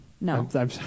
No